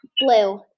blue